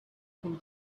can